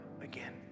again